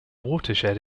watershed